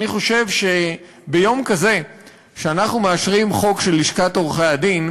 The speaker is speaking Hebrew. אני חושב שביום כזה שאנחנו מאשרים חוק של לשכת עורכי-הדין,